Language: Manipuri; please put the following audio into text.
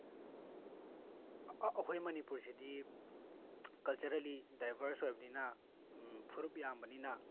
ꯑꯩꯈꯣꯏ ꯃꯅꯤꯄꯨꯔꯁꯤꯗꯤ ꯀꯜꯆꯔꯦꯜꯂꯤ ꯗꯥꯏꯚꯔꯁ ꯑꯣꯏꯕꯅꯤꯅ ꯐꯨꯔꯨꯞ ꯌꯥꯝꯕꯅꯤꯅ